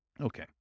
Okay